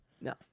No